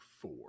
four